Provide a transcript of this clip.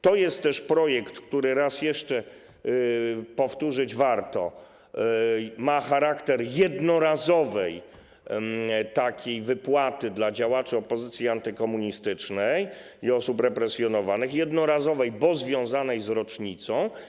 To jest też projekt, który - raz jeszcze powtórzyć warto - ma charakter jednorazowej wypłaty dla działaczy opozycji antykomunistycznej i osób represjonowanych, jednorazowej, bo związanej z rocznicą.